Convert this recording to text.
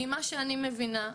ממה שאני מבינה,